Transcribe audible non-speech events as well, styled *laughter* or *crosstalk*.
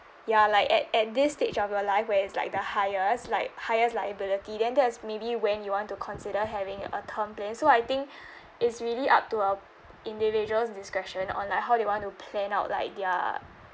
ya like at at this stage of your life where it's like the highest like highest liability then that's maybe when you want to consider having a term plan so I think *breath* it's really up to uh individual's discretion on like how they want to plan out like their